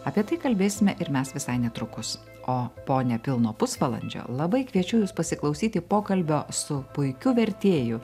apie tai kalbėsime ir mes visai netrukus o po nepilno pusvalandžio labai kviečiu jus pasiklausyti pokalbio su puikiu vertėju